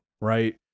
right